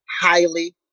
highly